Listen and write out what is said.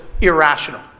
irrational